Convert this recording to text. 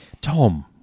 Tom